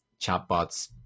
chatbots